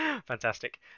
Fantastic